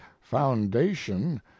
foundation